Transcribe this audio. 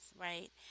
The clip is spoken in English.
right